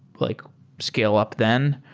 like scale up then.